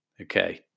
Okay